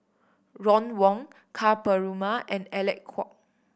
Ron Wong Ka Perumal and Alec Kuok